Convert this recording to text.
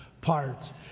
parts